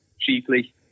cheaply